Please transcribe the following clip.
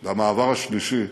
את המעבר השלישי,